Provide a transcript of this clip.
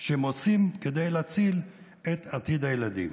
שהם עושים כדי להציל את עתיד הילדים.